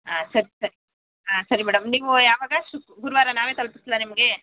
ಹಾಂ ಸರಿ ಸರಿ ಹಾಂ ಸರಿ ಮೇಡಮ್ ನೀವು ಯಾವಾಗ ಶುಕ್ ಗುರುವಾರ ನಾವೇ ತಲುಪಿಸ್ಲಾ ನಿಮಗೆ